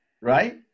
right